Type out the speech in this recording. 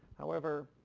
however,